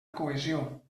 cohesió